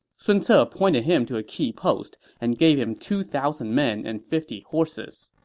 sun ce appointed him to a key post and gave him two thousand men and fifty horses.